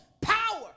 power